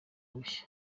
bushya